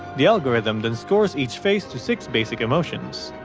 the algorithm then scores each face to six basic emotions.